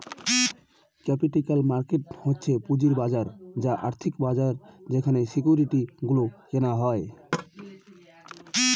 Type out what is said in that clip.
capital market হচ্ছে পুঁজির বাজার বা আর্থিক বাজার যেখানে সিকিউরিটি গুলো কেনা হয়